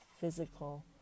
physical